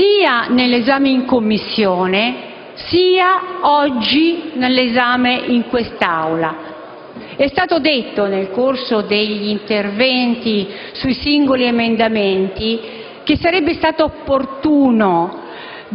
sia nell'esame in Commissione, sia oggi in quest'Aula. È stato detto, nel corso degli interventi sui singoli emendamenti, che sarebbe stato opportuno